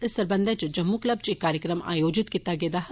इस सरबंधा च जम्मू क्लब च इक कार्जक्रम आयोजित कीता गेदा हा